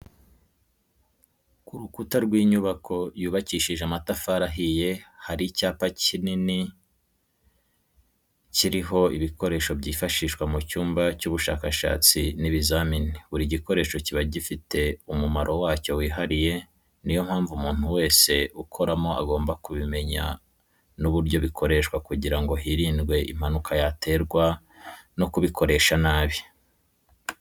Ku rukuta w'inyubako yubakishije amatafari ahiye hari icyapa kikini kiriho ibikoresho byifashishwa mu cyumba cy'ubushakashatsi n'ibizamini, buri gikoresho kiba gifite umumaro wacyo wihariye ni yo mpamvu umuntu wese ukoramo agomba kubimenya n'uburyo bikoreshwa kugira ngo hirindwe impanuka yaterwa no kubikoresha nabi.